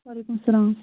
وعلیکُم سلام